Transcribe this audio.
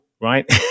right